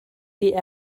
die